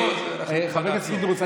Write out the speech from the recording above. חבר הכנסת פינדרוס,